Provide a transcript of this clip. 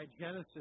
Genesis